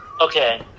okay